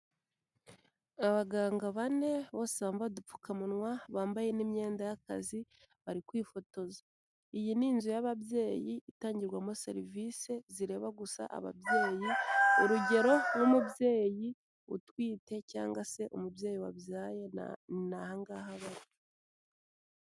Abaganga bane, bose bambaye udupfukamunwa, bambaye n'iyenda y'akazi, bari kwifotoza. Iyi ni inzu y'ababyeyi, itangirwamo serivisi, zireba gusa ababyeyi, urugero nk'umubyeyi utwite cyangwa se umubyeyi wabyaye, ni aha ngaha aba ari.